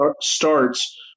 starts